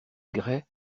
gray